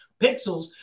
pixels